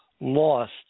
lost